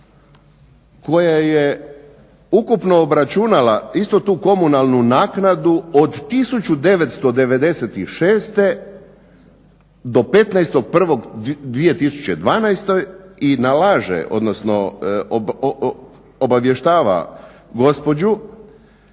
koja je ukupno obračunala isto tu komunalnu naknadu od 1996. do 15.01.2012. i obavještava gospođu